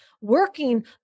working